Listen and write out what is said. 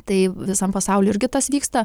tai visam pasauly irgi tas vyksta